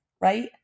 right